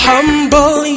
Humble